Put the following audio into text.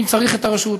אם צריך את הרשות,